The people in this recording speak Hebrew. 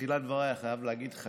בתחילת דבריי אני חייב להגיד לך